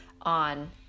on